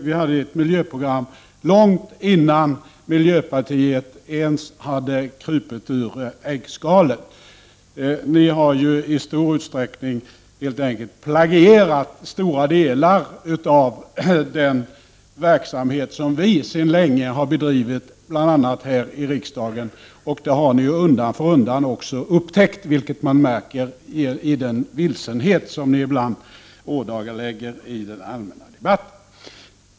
Vi hade ett miljöprogram långt innan miljöpartiet krypit ur äggskalet. Ni har ju i stor utsträckning helt enkelt plagierat stora delar av den verksamhet som vi sedan länge har bedrivit bl.a. här i riksdagen, och det har ni undan för undan också upptäckt vilket man märker i den vilsenhet som ni ibland ådagalägger i den allmänna debatten.